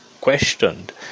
questioned